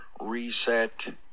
reset